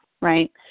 right